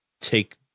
take